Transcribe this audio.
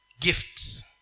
gifts